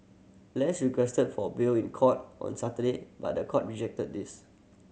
less requested for bail in court on Saturday but the court rejected this